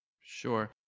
Sure